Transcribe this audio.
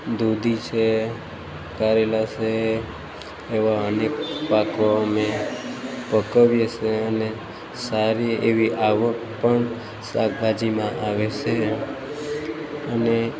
દૂધી છે કારેલાં છે એવા અનેક પાકો અમે પકવીએ છીએ અને સારી એવી આવક પણ શાકભાજીમાં આવે છે અને